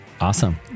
Awesome